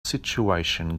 situation